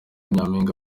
nyampinga